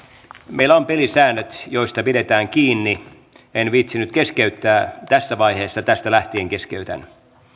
meillä on pelisäännöt joista pidetään kiinni en viitsinyt keskeyttää tässä vaiheessa tästä lähtien keskeytän